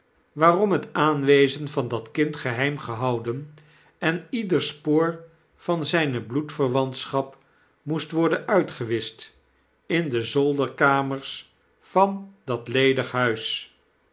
waarotn het aanwezen van dat kind geheim gehouden en ieder spoor van zijne bloedverwantschap moest worden uitgewischt in de zolderkamers van dat ledige huis